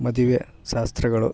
ಮದುವೆ ಶಾಸ್ತ್ರಗಳು